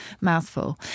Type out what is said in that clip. mouthful